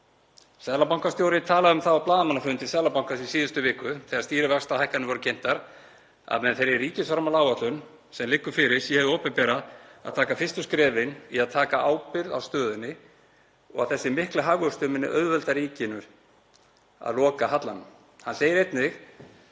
Seðlabankastjóri talaði um það á blaðamannafundi Seðlabankans í síðustu viku þegar stýrivaxtahækkanir voru kynntar að með þeirri ríkisfjármálaáætlun sem liggur fyrir sé hið opinbera að taka fyrstu skrefin í að taka ábyrgð á stöðunni og að þessi mikli hagvöxtur muni auðvelda ríkinu að loka hallanum.